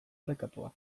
orekatua